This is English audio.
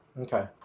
Okay